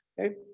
okay